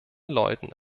leuten